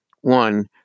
one